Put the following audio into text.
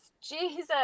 Jesus